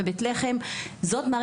בבית לחם ובעזה.